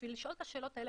בשביל לשאול את השאלות האלה,